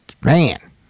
man